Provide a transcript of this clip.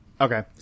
Okay